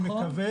אני מקווה,